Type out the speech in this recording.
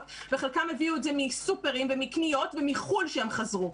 וחלקם הביאו את זה מסופרים ומקניות ומחו"ל שהם חזרו.